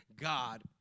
God